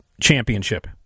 Championship